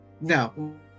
no